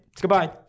Goodbye